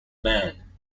man